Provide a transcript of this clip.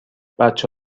بچه